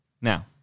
Now